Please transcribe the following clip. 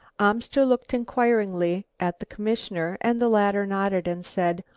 amster looked inquiringly at the commissioner and the latter nodded and said,